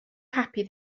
happy